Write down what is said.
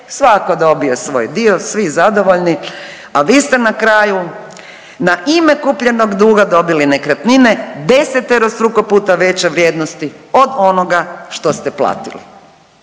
Svako dobio svoj dio, svi zadovoljni, a vi ste na kraju na ime kupljenog duga dobili nekretnine deseterostruko puta veće vrijednosti od onoga što ste platili.